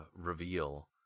reveal